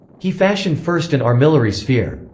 he fashioned first an armillary sphere.